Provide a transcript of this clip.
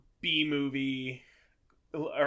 B-movie